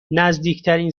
نزدیکترین